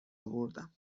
اوردم